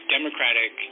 Democratic